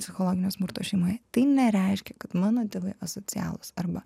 psichologinio smurto šeimoje tai nereiškia kad mano tėvai asocialūs arba